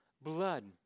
blood